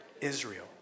Israel